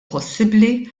possibbli